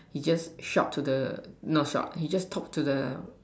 he just shout to not shout he just talk to the